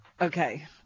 Okay